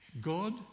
God